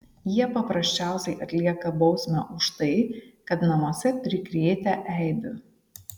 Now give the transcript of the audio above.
jie paprasčiausiai atlieka bausmę už tai kad namuose prikrėtę eibių